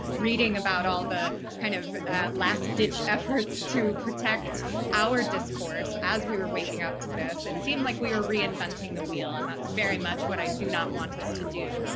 reading about all the kind of last ditch efforts to protect our discourse as we were waking up to this, it seemed like we were reinventing the wheel. and that's very much what i do not want us to do.